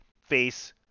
face